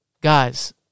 Guys